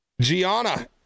Gianna